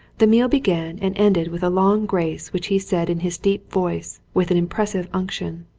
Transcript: the meal began and ended with a long grace which he said in his deep voice, with an impressive unction.